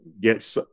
get